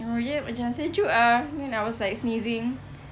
rumah dia macam sejuk ah then I was like sneezing